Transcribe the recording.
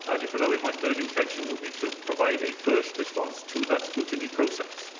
ah dirprwy lywydd, my third intention will be to provide a first response to that scrutiny process,